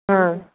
હમ્મ